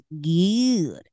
good